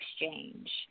exchange